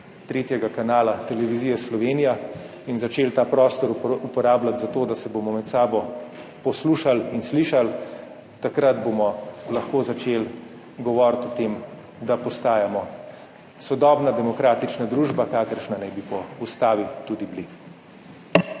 tretjega kanala Televizije Slovenija, in začeli ta prostor uporabljati za to, da se bomo med sabo poslušali in slišali, takrat bomo lahko začeli govoriti o tem, da postajamo sodobna demokratična družba, kakršna naj bi po ustavi tudi bili.